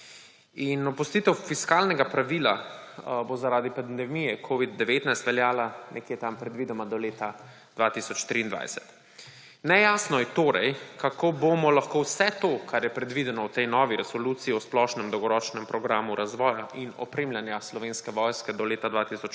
Opustitev fiskalnega pravila bo zaradi pandemije covid-19 veljala nekje tam predvidoma do leta 2023. Nejasno je torej, kako bomo lahko vse to, kar je predvideno v tej novi resoluciji o splošnem dolgoročnem programu razvoja in opremljanja Slovenske vojske do leta 2035,